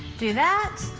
do that.